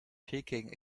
peking